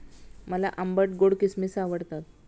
मला आंबट गोड किसमिस आवडतात